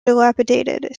dilapidated